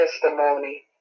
testimony